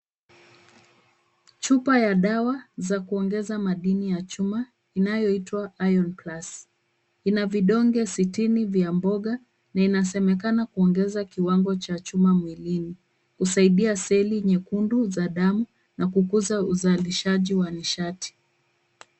Chupa ya dawa za kuongeza madini ya chuma inayoitwa iron plus . Ina vidonge sitini vya mboga na inasemekana kuongeza kiwango cha chuma mwilini. Husaidia seli nyekundu za damu na kukuza uzalishaji wa nishati.